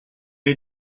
est